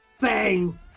bang